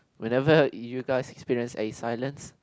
whenever you guys experience a silence